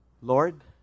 Lord